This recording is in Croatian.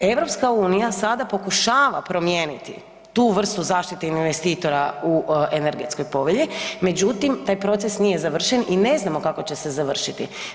EU sada pokušava promijeniti tu vrstu zaštite investitora u energetskoj povelji, međutim taj proces nije završen i ne znamo kako će se završiti.